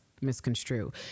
misconstrue